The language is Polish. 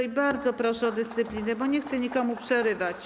I bardzo proszę o dyscyplinę, bo nie chcę nikomu przerywać.